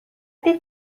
دید